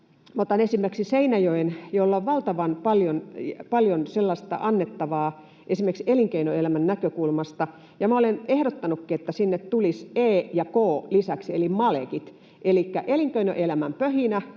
otan esimerkiksi Seinäjoen, jolla on valtavan paljon annettavaa esimerkiksi elinkeinoelämän näkökulmasta. Minä olen ehdottanutkin, että sinne tulisi lisäksi E ja K eli MALEKit — elikkä elinkeinoelämän pöhinä